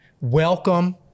Welcome